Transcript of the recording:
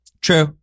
True